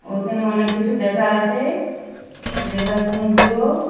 ওইখানে অনেক কিছু দেখার আছে দীঘা সমুদ্রও